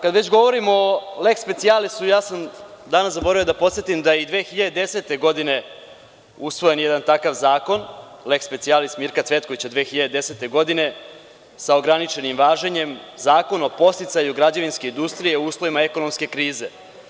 Kada već govorimo o leks specijalisu, ja sam danas zaboravio da podsetim da je i 2010. godine usvojen jedan takav zakon, leks specijalis Mirka Cvetkovića 2010. godine sa ograničenim važenjem Zakon o podsticaju građevinske industrije u uslovima ekonomske krize.